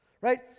Right